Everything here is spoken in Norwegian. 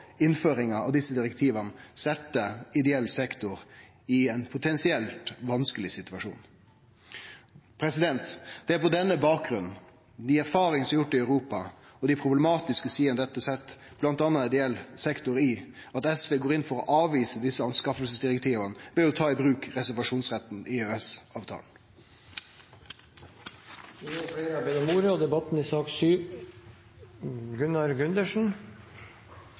innføringa av desse direktiva, setje ideell sektor i ein potensielt vanskeleg situasjon. Det er på denne bakgrunnen, dei erfaringane som er gjorde i Europa, og dei problematiske situasjonane dette set bl.a. ideell sektor i, at SV går inn for å avvise desse anskaffingsdirektiva ved å ta i bruk reservasjonsretten i EØS-avtalen. Jeg vil bare si at neste sak er oppfølging av disse direktivene, og